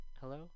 Hello